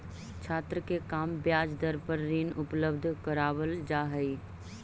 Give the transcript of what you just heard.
छात्र के कम ब्याज दर पर ऋण उपलब्ध करावल जा हई